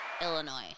Illinois